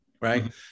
right